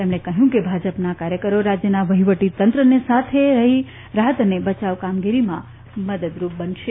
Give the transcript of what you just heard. તેમણે કહ્યું કેભાજપના કાર્યકરો રાજ્યના વહીવટીતંત્રની સાથે રાહત અને બચાવ કામગીરીમાં મદદરૂપ બનશે